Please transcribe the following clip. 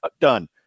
Done